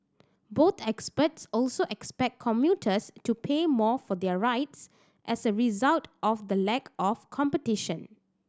both experts also expect commuters to pay more for their rides as a result of the lack of competition